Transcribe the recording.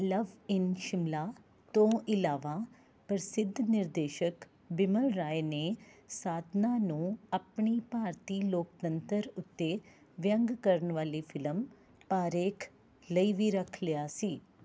ਲਵ in Shimla ਤੋਂ ਇਲਾਵਾ ਪ੍ਰਸਿੱਧ ਨਿਰਦੇਸ਼ਕ ਬਿਮਲ ਰਾਏ ਨੇ ਸਾਧਨਾ ਨੂੰ ਆਪਣੀ ਭਾਰਤੀ ਲੋਕਤੰਤਰ ਉੱਤੇ ਵਿਅੰਗ ਕਰਨ ਵਾਲੀ ਫਿਲਮ ਪਾਰੇਖ ਲਈ ਵੀ ਰੱਖ ਲਿਆ ਸੀ